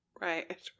Right